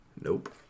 Nope